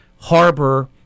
harbor